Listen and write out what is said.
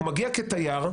הוא מגיע כתייר,